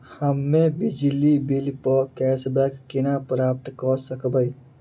हम्मे बिजली बिल प कैशबैक केना प्राप्त करऽ सकबै?